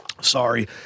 sorry